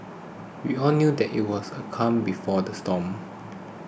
we all knew that it was a calm before the storm